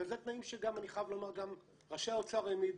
ואלה תנאים שאני חייב לומר שגם ראשי האוצר העמידו,